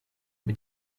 mit